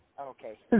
Okay